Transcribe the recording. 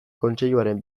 kontseiluaren